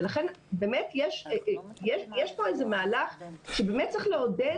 ולכן יש פה איזה מהלך שבאמת צריך לעודד